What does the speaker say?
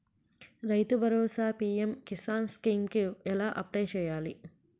రైతు Bharosa PM Kisan scheme కు ఎలా అప్లయ్ చేయాలి?